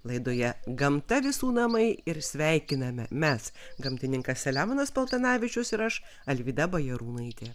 laidoje gamta visų namai ir sveikiname mes gamtininkas selemonas paltanavičius ir aš alvyda bajarūnaitė